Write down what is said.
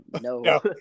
no